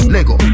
Lego